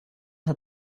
hat